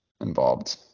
involved